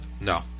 No